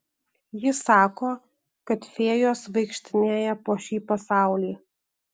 jis sako kad fėjos vaikštinėja po šį pasaulį